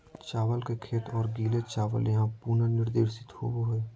चावल के खेत और गीले चावल यहां पुनर्निर्देशित होबैय हइ